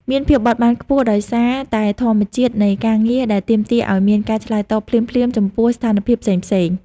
មានភាពបត់បែនខ្ពស់ ដោយសារតែធម្មជាតិនៃការងារដែលទាមទារឱ្យមានការឆ្លើយតបភ្លាមៗចំពោះស្ថានភាពផ្សេងៗ។